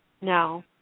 No